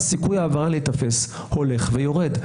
הסיכוי להיתפס הולך ויורד.